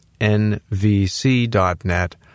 nvc.net